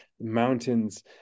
mountains